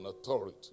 authority